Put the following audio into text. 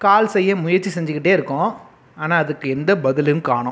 கால் செய்ய முயற்சி செஞ்சிகிட்டே இருக்கோம் ஆனால் அதுக்கு எந்த பதிலும் காணோம்